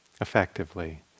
effectively